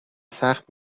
سخت